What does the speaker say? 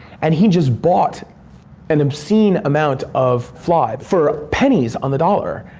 and he just bought an obscene amount of flibe, for pennies on the dollar,